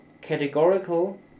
categorical